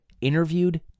interviewed